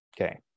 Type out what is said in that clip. okay